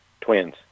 Twins